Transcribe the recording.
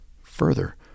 Further